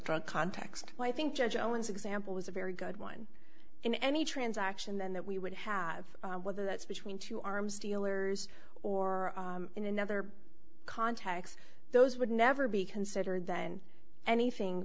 truck context but i think judge owens example was a very good one in any transaction then that we would have whether that's between two arms dealers or in another context those would never be considered then anything